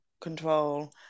control